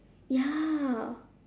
ya